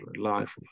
life